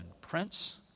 prince